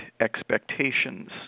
expectations